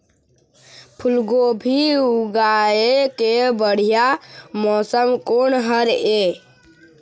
फूलगोभी उगाए के बढ़िया मौसम कोन हर ये?